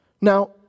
Now